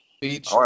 Beach